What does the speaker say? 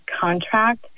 contract